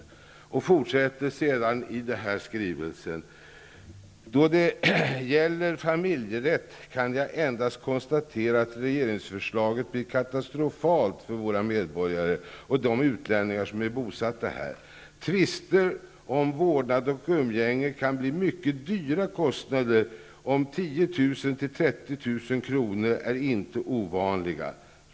I skrivelsen fortsätter man med att säga följande: Då det gäller familjerätt kan jag endast konstatera att regeringsförslaget blir katastrofalt för våra medborgare och de utlänningar som är bosatta här. Tvister om vårdnad och umgänge kan bli mycket dyra, och kostnader om 10 000--30 000 kr. är inte ovanliga.